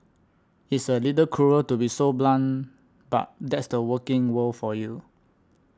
it's a little cruel to be so blunt but that's the working world for you